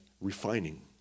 refining